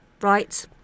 Right